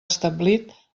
establit